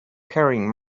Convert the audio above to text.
carrying